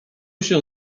się